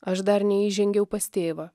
aš dar neįžengiau pas tėvą